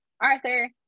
Arthur